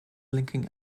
linking